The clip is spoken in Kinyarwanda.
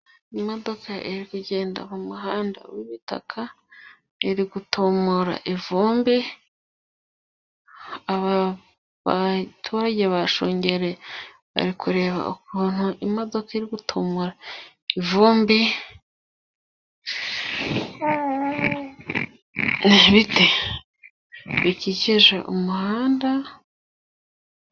Imodoka iri kugenda mu muhanda w'ibitaka , iri gutumura ivumbi , baturage bashungereye bari kureba ukuntu imodoka iri gutumura ivumbi, ibiti bikikije umuhanda.